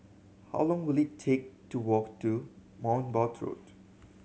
how long will it take to walk to Bournemouth Road